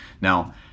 Now